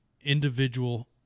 individual